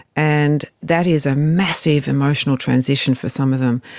and that is a massive emotional transition for some of them.